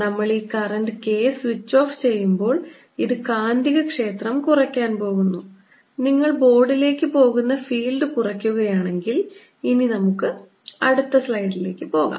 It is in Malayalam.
നമ്മൾ ഈ കറന്റ് K സ്വിച്ച് ഓഫ് ചെയ്യുമ്പോൾ ഇത് കാന്തികക്ഷേത്രം കുറയ്ക്കാൻ പോകുന്നു നിങ്ങൾ ബോർഡിലേക്ക് പോകുന്ന ഫീൽഡ് കുറയ്ക്കുകയാണെങ്കിൽ ഇനി നമുക്ക് അടുത്ത സ്ലൈഡിലേക്ക് പോകാം